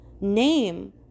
Name